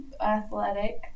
athletic